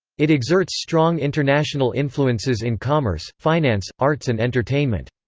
it exerts strong international influences in commerce, finance, arts and entertainment.